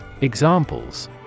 Examples